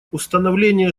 установление